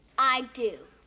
i do.